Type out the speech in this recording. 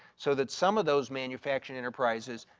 so that some of those manufacturing enterprises,